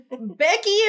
Becky